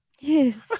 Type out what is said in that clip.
Yes